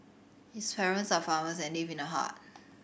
his parents are farmers and live in a hut